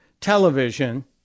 television